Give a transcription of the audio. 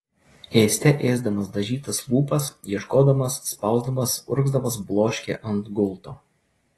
ėste ėsdamas dažytas lūpas ieškodamas spausdamas urgzdamas bloškė ant gulto